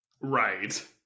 Right